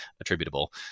attributable